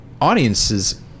audiences